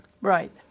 Right